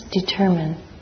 determine